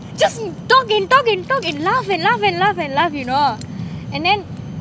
just talk and talk and talk and laugh and laugh and laugh and laugh you know and then